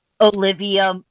Olivia